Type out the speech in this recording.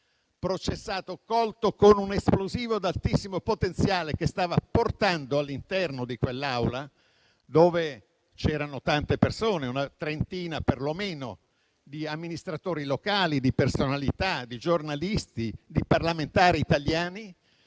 processato perché colto con un esplosivo ad altissimo potenziale, che stava portando all'interno di quell'aula, dove c'erano tante persone, perlomeno con una trentina di amministratori locali, di personalità, di giornalisti, di parlamentari italiani.